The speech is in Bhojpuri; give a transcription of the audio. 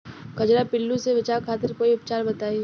कजरा पिल्लू से बचाव खातिर कोई उपचार बताई?